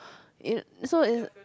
so